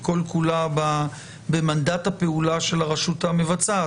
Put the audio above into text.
כל כולה במנדט הפעולה של הרשות המבצעת.